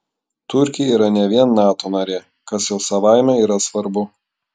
turkija yra ne vien nato narė kas jau savaime yra svarbu